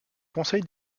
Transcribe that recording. conseil